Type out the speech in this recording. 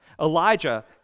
Elijah